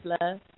love